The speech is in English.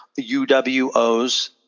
UWO's